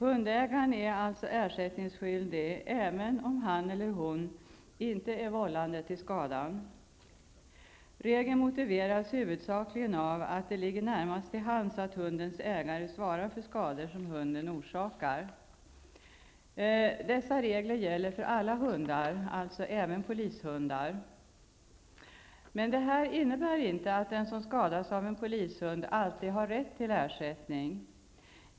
Hundägaren är alltså ersättningsskyldig även om han eller hon inte är vållande till skadan. Regeln motiveras huvudsakligen av att det ligger närmast till hands att hundens ägare svarar för skador som hunden orsakar. Dessa regler gäller för alla hundar, alltså även polishundar. Men det här innebär inte att den som skadas av en polishund alltid har rätt till ersättning.